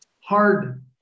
hard